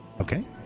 Okay